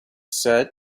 said